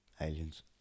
Aliens